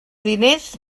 diners